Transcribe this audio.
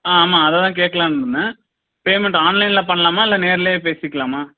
ஆ ஆமாம் அதைத்தான் கேட்கலான்னு இருந்தேன் பேமெண்ட் ஆன்லைனில் பண்ணலாமா இல்லை நேர்லையே பேசிக்கலாமா